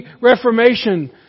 Reformation